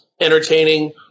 entertaining